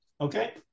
Okay